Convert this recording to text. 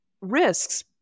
risks